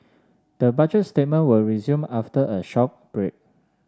the Budget statement will resume after a short break